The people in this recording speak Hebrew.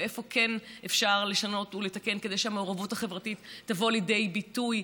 ואיפה כן אפשר לשנות ולתקן כדי שהמעורבות החברתית תבוא לידי ביטוי,